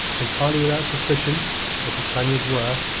entirely without suspicion as the spaniards were,